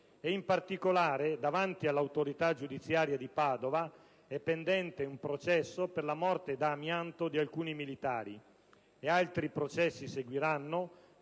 E in particolare, davanti all'autorità giudiziaria di Padova è pendente un processo per la morte da amianto di alcuni militari. E altri processi seguiranno,